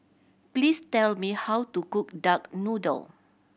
please tell me how to cook duck noodle